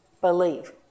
believe